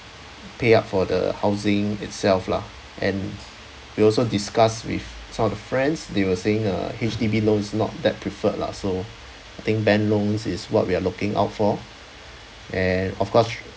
pay up for the housing itself lah and we also discussed with sort of friends they were saying uh H_D_B loans not that preferred lah so I think bank loans is what we are looking out for and of course